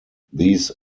these